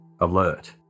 Alert